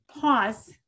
pause